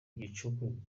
gicuku